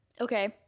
okay